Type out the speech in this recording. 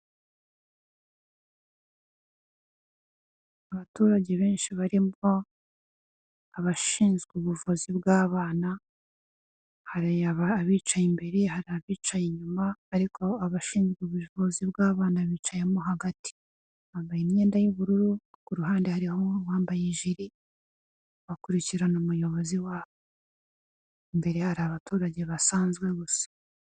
Abaturage benshi barimo abashinzwe ubuvuzi bw'abana, hari abicaye imbere hari abicaye inyuma, ariko abashinzwe ubuvuzi bw'abana bicayemo hagati. Bambaye imyenda y'ubururu, ku ruhande hariho abambaye ijiri, bakurikirana umuyobozi wabo. Imbere hari abaturage basanzwe gusa.